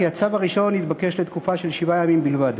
הצו הראשון יתבקש לתקופה של שבעה ימים בלבד.